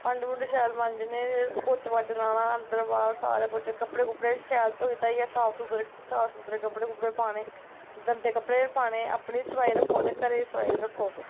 भांडे भूंडे शैल मांजने पौचा पाच्चा लाना अंदर बाह्र कपड़े कुपड़े शैल धोई धाइयै साफ सूफ साफ सुथरे कपड़े कुपड़े पाने गंदे कपड़े नी पाने अपनी सफाई रक्खो तो घरै दा सफाई बी रक्खो